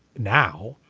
now.